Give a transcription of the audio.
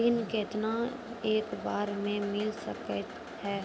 ऋण केतना एक बार मैं मिल सके हेय?